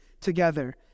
together